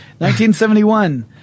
1971